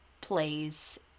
plays